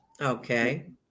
Okay